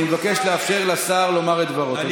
אני מבקש לאפשר לשר לומר את דברו.